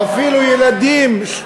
אפילו ילדים,